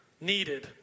needed